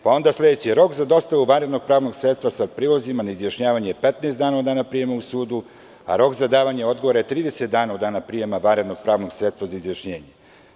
Pa onda sledeći – „Rok za dostavu vanrednog pravnog sredstva sa prilozima na izjašnjavanje je 15 dana od dana prijema u sudu, a rok za davanje odgovora je 30 dana od dana prijema vanrednog pravnog sredstva na izjašnjenje.